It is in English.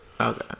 Okay